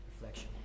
reflection